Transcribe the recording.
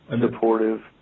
supportive